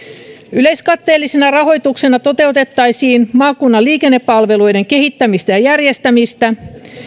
yleiskatteellisena rahoituksena toteutettaisiin maakunnan liikennepalveluiden kehittämistä ja järjestämistä